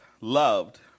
loved